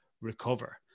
Recover